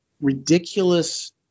ridiculous